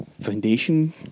foundation